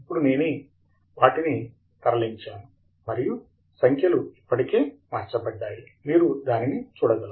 ఇప్పుడు నేను వాటిని తరలించాను మరియు సంఖ్యలు ఇప్పటికే మార్చబడ్డాయి మీరు దానిని చూడగలరు